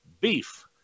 beef